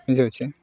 ᱵᱩᱡᱷᱟᱹᱣ ᱪᱮ